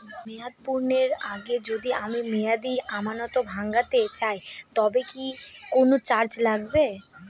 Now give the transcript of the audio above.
মেয়াদ পূর্ণের আগে যদি আমি মেয়াদি আমানত ভাঙাতে চাই তবে কি কোন চার্জ লাগবে?